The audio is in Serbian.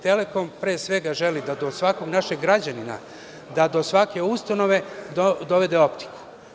Telekom želi pre svega da do svakog našeg građanina, do svake ustanove dovede optiku.